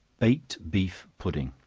baked beef pudding.